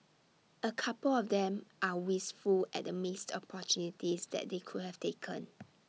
A couple of them are wistful at the missed opportunities that they could have taken